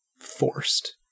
forced